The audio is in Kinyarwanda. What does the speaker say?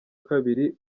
kabiri